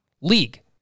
league